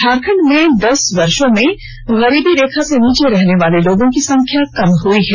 झारखंड में दस वर्षो में गरीबी रेखा से नीचे रहने वाले लोगों की संख्या कम हुई है